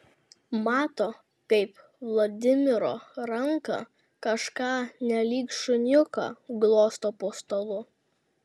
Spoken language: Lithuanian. mato kaip vladimiro ranka kažką nelyg šuniuką glosto po stalu